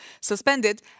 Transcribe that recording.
suspended